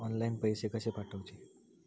Online पैसे कशे पाठवचे?